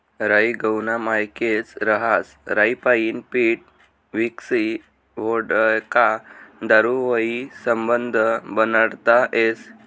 राई गहूना मायेकच रहास राईपाईन पीठ व्हिस्की व्होडका दारू हायी समधं बनाडता येस